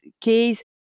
case